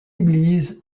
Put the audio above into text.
église